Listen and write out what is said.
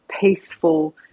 peaceful